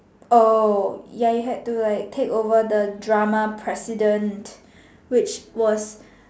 oh ya you had to take over the drama president which was